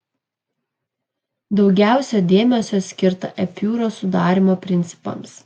daugiausia dėmesio skirta epiūros sudarymo principams